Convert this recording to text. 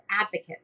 advocate